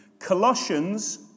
Colossians